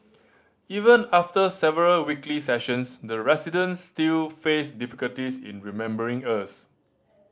even after several weekly sessions the residents still faced difficulties in remembering us